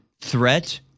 threat